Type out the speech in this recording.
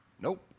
nope